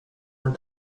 and